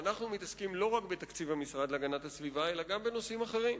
ואנחנו מתעסקים לא רק בתקציב המשרד להגנת הסביבה אלא גם בנושאים אחרים,